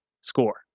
score